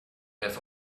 have